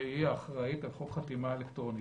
היא האחראית על חוק חתימה אלקטרונית.